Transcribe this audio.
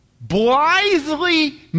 blithely